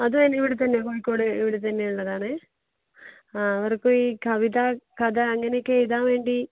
അതും അതിനിവിടെ തന്നെയാണ് കോഴിക്കോട് ഇവിടെ തന്നെയുള്ളതാണെ ആ അവർക്കും ഈ കവിതാ കഥ അങ്ങനയൊക്കെ എഴുതാൻ വേണ്ടി